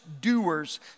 doers